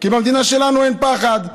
כי במדינה שלנו אין פחד.